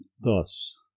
thus